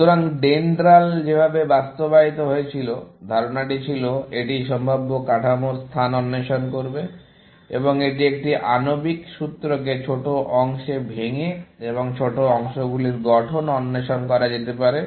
সুতরাং DENDRAL যেভাবে বাস্তবায়িত হয়েছিল ধারণাটি ছিল এটি সম্ভাব্য কাঠামোর স্থান অন্বেষণ করবে এবং এটি একটি আণবিক সূত্রকে ছোট অংশে ভেঙ্গে এবং ছোট অংশগুলির গঠন অন্বেষণ করে করা যেতে পারে